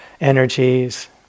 energies